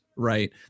Right